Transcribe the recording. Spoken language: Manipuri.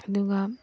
ꯑꯗꯨꯒ